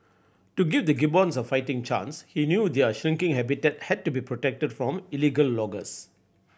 to give the gibbons a fighting chance he knew their shrinking habitat had to be protected from illegal loggers